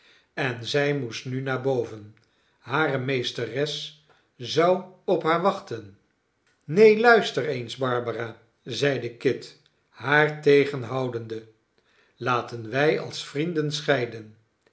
en zij moest nu naar boven hare meesteres zou op haar wachten neen luister eens barbara zeide kit haar tegenhoudende laten wij als vrienden scheiden